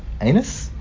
anus